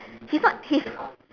he's not he's